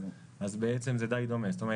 זה disregard --- לא,